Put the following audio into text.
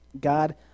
God